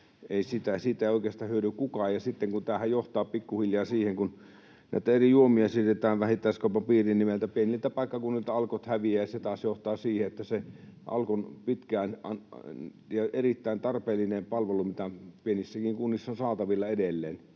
ei oikeastaan hyödy kukaan. Tämähän johtaa pikkuhiljaa siihen, kun näitä eri juomia siirretään vähittäiskaupan piiriin, että meiltä pieniltä paikkakunnilta Alkot häviävät, ja se taas iskee siihen Alkon erittäin tarpeelliseen palveluun, mitä pienissäkin kunnissa on saatavilla edelleen.